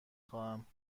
خواهم